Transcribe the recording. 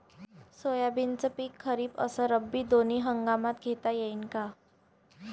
सोयाबीनचं पिक खरीप अस रब्बी दोनी हंगामात घेता येईन का?